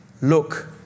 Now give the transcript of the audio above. look